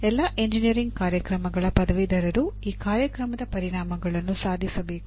ಅಂದರೆ ಎಲ್ಲಾ ಎಂಜಿನಿಯರಿಂಗ್ ಕಾರ್ಯಕ್ರಮಗಳ ಪದವೀಧರರು ಈ ಕಾರ್ಯಕ್ರಮದ ಪರಿಣಾಮಗಳನ್ನು ಸಾಧಿಸಬೇಕು